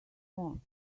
moss